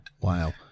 Wow